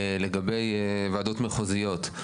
לגבי וועדות מחוזיות.